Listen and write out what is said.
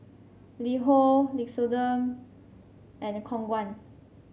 LiHo Nixoderm and Khong Guan